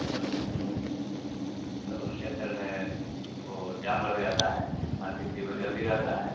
तो तो उस चक्कर में वह जाम लग जाता है हर किसी को जल्दी रहता है